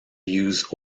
use